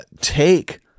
take